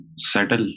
Settle